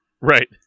Right